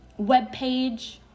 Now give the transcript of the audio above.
webpage